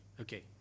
Okay